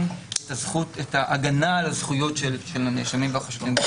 את ההגנה על הזכויות של הנאשמים והחשודים.